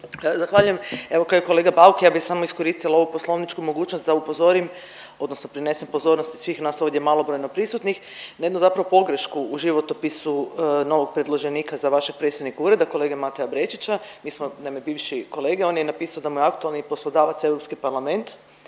Zahvaljujem. Evo, kao i kolega Bauk, ja bih samo iskoristila ovu poslovničku mogućnost da upozorim, odnosno prinesem pozornosti svih nas ovdje malobrojno prisutnih na jednu zapravo pogrešku u životopisu novog predloženika za vašeg predsjednika ureda kolege Mateja Brečića. Mi smo nam je bivši kolega i on je napisao da mu je aktualni poslodavac Europski parlament,